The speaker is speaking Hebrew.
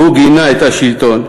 והוא גינה את השלטון,